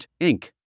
Inc